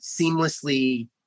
seamlessly